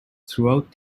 throughout